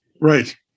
right